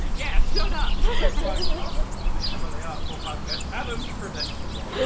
yeah, shut up! it's like welcome to the emily artful podcast, adam's predictable! e